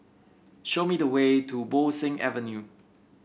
show me the way to Bo Seng Avenue